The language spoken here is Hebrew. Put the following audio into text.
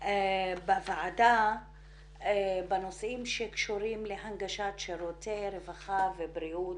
בוועדה בנושאים שקשורים להנגשת שירותי רווחה ובריאות